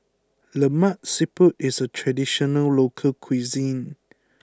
Lemak Siput is a traditional local cuisine